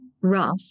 rough